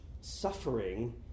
suffering